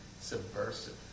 subversive